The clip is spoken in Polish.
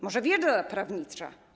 Może wiedza prawnicza?